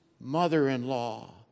mother-in-law